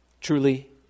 Truly